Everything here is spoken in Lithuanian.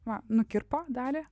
va nukirpo dalį